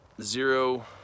zero